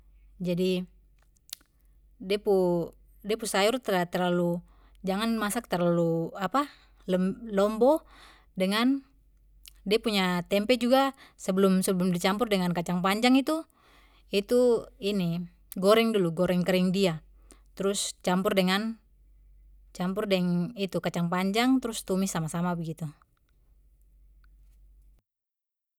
Jadi de pu de pu sayur tra terlalu jangan masak terlalu apa lem lombo dengan de pu tempe juga sebelum sebelum di campur dengan kacang panjang tuh itu ini goreng dulu goreng kering dia trus campur dengan campur deng kacang panjang trus tumis sama sama begitu